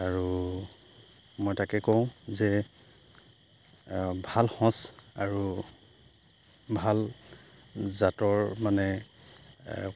আৰু মই তাকে কওঁ যে ভাল সঁচ আৰু ভাল জাতৰ মানে